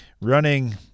running